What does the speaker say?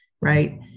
Right